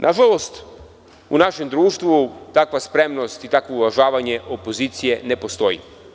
Nažalost, u našem društvu takva spremnost, takvo uvažavanje opozicije ne postoji.